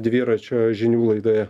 dviračio žinių laidoje